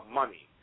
money